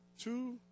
Two